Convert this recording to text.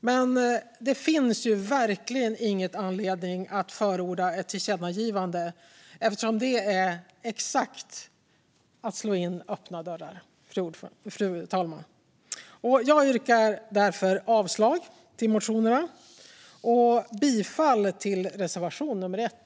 Men det finns verkligen ingen anledning att förorda ett tillkännagivande eftersom det är att slå in öppna dörrar, fru talman. Jag yrkar därför avslag på motionerna och bifall till reservation nummer 1.